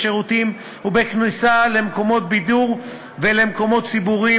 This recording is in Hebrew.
בשירותים ובכניסה למקומות בידור ולמקומות ציבוריים,